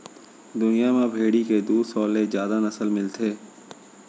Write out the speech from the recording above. दुनिया म भेड़ी के दू सौ ले जादा नसल मिलथे